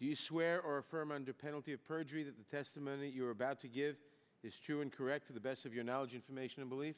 you swear or affirm under penalty of perjury that the testimony you are about to give is true and correct to the best of your knowledge information and belief